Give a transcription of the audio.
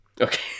Okay